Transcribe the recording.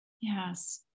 Yes